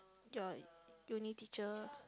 your uni teacher